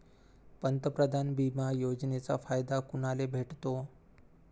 पंतप्रधान बिमा योजनेचा फायदा कुनाले भेटतो?